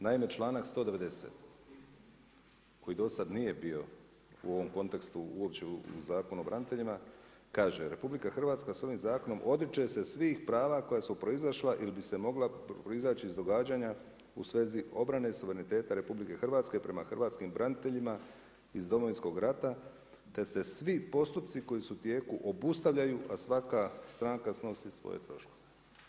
Naime čl.190. koji do sada nije bio u ovom kontekstu uopće u Zakonu o braniteljima, kaže RH, se s ovim zakonom odriče se svih prava koja su proizašla ili bi se mogla proizaći iz događanja u svezu obrane, suvereniteta RH, prema hrvatskim braniteljima iz Domovinskog rata, te se svi postupci koji su u tijeku obustavljaju, a svaka stranka snosi svoje troškove.